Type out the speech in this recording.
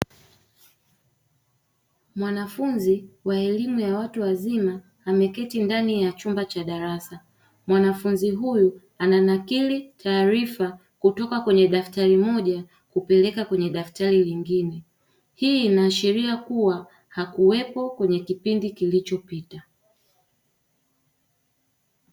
Mwanafunzi wa elimu ya watu wazima ameketi ndani ya chumba cha darasa, mwanafunzi huyu ananakili taarifa kutoka kwenye daftari moja kupeleka kwenye daftari lingine. Hii inaashiria kuwa hakuwepo kwenye kipindi kilichopita.